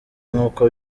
nkuko